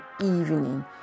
evening